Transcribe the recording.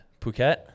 Phuket